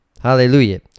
Hallelujah